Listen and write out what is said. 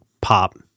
pop